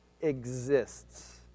exists